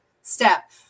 step